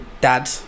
dad